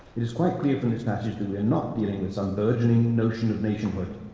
it is quite clear from this passage that we are not dealing with some burgeoning notion of nationhood,